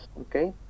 okay